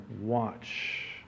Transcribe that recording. watch